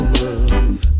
love